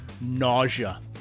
nausea